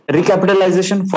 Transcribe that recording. Recapitalization